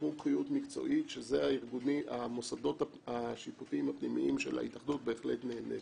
מומחיות מקצועית שזה המוסדות השיפוטיים של ההתאחדות בהחלט נותנים.